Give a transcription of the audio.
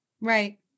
Right